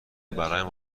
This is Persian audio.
برایم